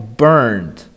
burned